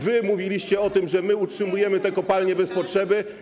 Wy mówiliście o tym, że my utrzymujemy te kopalnie bez potrzeby.